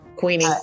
Queenie